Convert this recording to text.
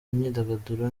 imyidagaduro